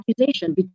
accusation